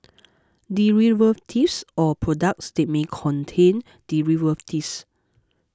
derivatives or products that may contain derivatives